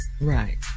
Right